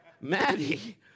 Maddie